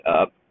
up